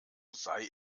sei